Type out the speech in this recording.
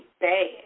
bad